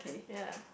ya